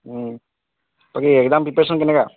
বাকী exam preparation কেনেকুৱা